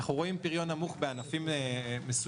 אנחנו רואים פריון נמוך בענפים מסוימים